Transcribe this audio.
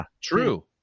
true